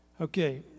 Okay